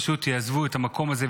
יעזבו את המקום הזה,